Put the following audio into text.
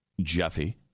Jeffy